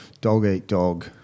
dog-eat-dog